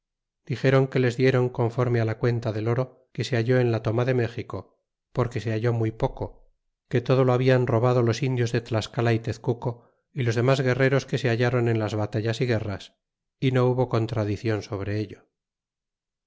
dixéron que les diéron conforme á la cuenta del oro que se halló en la toma de méxico porque se halló muy poco que todo lo hablan robado los indios de tlascala y tezcuco y los demos guerreros que se hallron en las batallas y guerras y no hubo contradiclon sobre ello